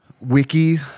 wiki